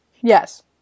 Yes